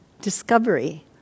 discovery